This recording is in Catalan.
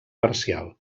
parcial